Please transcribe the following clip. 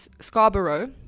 scarborough